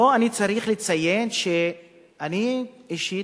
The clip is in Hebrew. פה אני צריך לציין שאני אישית,